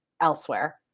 elsewhere